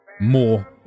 More